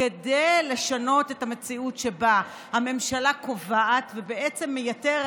כדי לשנות את המציאות שבה הממשלה קובעת ובעצם מייתרת